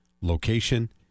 location